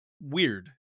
weird